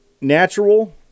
natural